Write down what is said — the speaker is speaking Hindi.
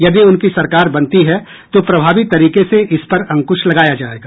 यदि उनकी सरकार बनती है तो प्रभावी तरीके से इसपर अंकुश लगाया जायेगा